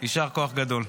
יישר כוח גדול.